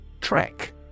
Trek